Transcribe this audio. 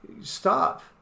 stop